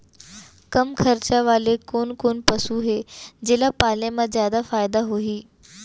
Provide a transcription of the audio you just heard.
कम खरचा वाले कोन कोन पसु हे जेला पाले म जादा फायदा होही?